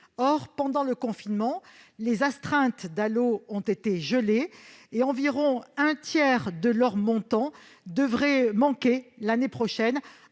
Or, pendant le confinement, les astreintes liées au DALO ont été gelées et environ un tiers de leur montant devrait manquer l'année prochaine,